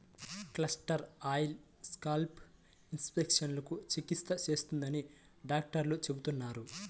castor oil scalp ఇన్ఫెక్షన్లకు చికిత్స చేస్తుందని డాక్టర్లు చెబుతున్నారు